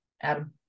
Adam